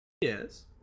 yes